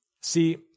See